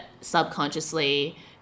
subconsciously